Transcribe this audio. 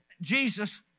Jesus